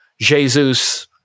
Jesus